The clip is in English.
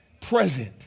present